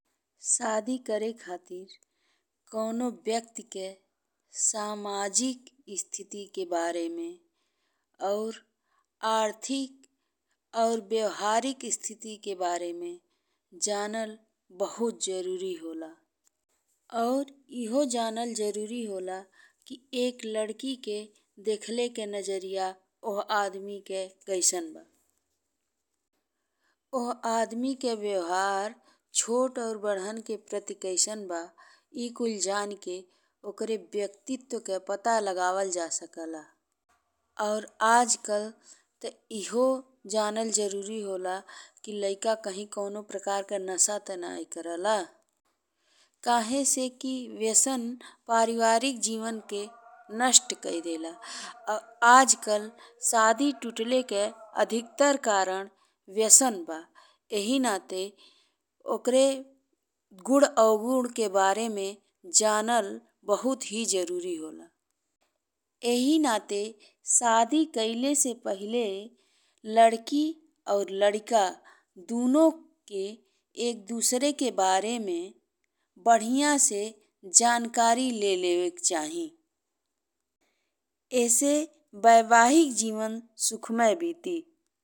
शादी करे खातिर कउनो स्थिति के बारे में और आर्थिक और व्यवहारिक स्थिति के बारे में जानल बहुत जरूरी होला और एहो जानल जरूरी होला कि एक लड़की के देखले के नजरिया ओ आदमी के कैसन बा। ओ आदमी के व्यवहार छोट और बड़ा के प्रति कैसन बा, ए कुल जानी के ओकर व्यक्तित्व के पता लगावल जा सकला। और आजकल ते एहो जानल जरूरी होला कि लड़िका कहीं कउनो प्रकार के नसा ते नहि करेला। काहे से कि नशा पारिवारिक जीवन के नष्ट कई देला और आजकल शादी टूटल के अधिकतर कारण नशा बा। एहि नाते ओकर गुण अवगुण के बारे में जानल बहुत ही जरूरी होला। एहि नाते शादी कइले से पहिले लड़की और लड़िका दुनो के एक दूसरे के बारे में बढ़िया से जानकारी ले लेवेके चाही एसे वैवाहिक जीवन सुखमय बीती।